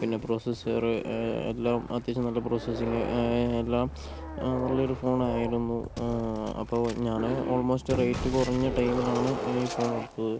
പിന്നെ പ്രൊസസ്സറ് എല്ലാം അത്യാവശ്യം നല്ല പ്രൊസസ്സിങ്ങ് എല്ലാം നല്ലൊരു ഫോണായിരുന്നു അപ്പോൾ ഞാൻ ഓൾമോസ്റ്റ് റേറ്റ് കുറഞ്ഞ ടൈമിലാണ് ഈ ഫോണെടുത്തത്